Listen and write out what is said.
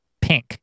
Pink